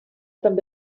també